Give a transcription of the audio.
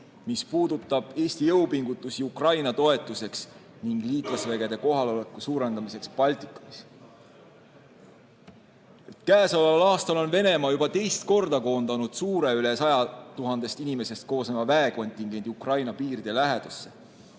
mis puudutab Eesti jõupingutusi Ukraina toetuseks ning liitlasvägede kohaloleku suurendamiseks Baltikumis. Käesoleval aastal on Venemaa juba teist korda koondanud suure, üle 100 000 inimesest koosneva väekontingendi Ukraina piiride lähedusse.